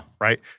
Right